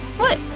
what?